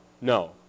No